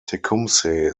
tecumseh